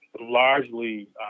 largely